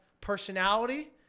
personality